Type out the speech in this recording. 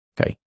Okay